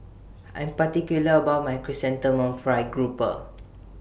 I Am particular about My Chrysanthemum Fried Grouper